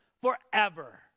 forever